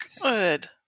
Good